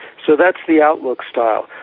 so that's the outlook style.